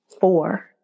four